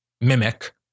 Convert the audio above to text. mimic